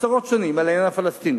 עשרות שנים על העניין הפלסטיני,